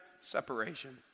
separation